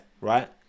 right